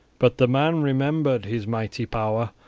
but the man remembered his mighty power,